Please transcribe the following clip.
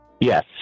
Yes